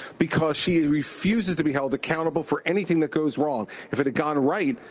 because she refuses to be held accountable for anything that goes wrong. if it had gone right,